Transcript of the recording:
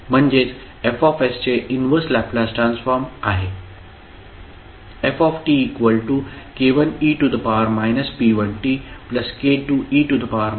म्हणजेच F चे inverse Laplace transform आहे ftk1e p1tk2e p2t